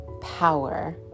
power